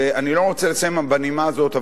ואני לא רוצה לסיים בנימה הזאת,